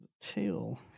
tail